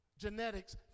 genetics